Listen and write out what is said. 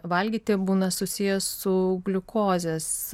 valgyti būna susijęs su gliukozės